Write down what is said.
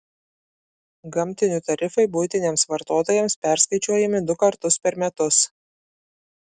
gamtinių tarifai buitiniams vartotojams perskaičiuojami du kartus per metus